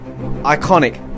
Iconic